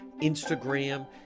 instagram